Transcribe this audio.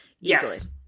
Yes